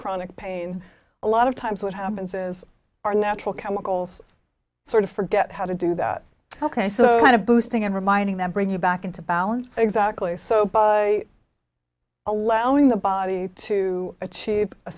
chronic pain a lot of times what happens is our natural chemicals sort of forget how to do that so kind of boosting and reminding that bring you back into balance exactly so allowing the body to achieve a